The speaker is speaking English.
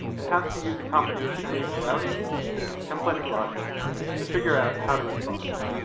it has to use a combination of routing and templating logic to figure out how to respond.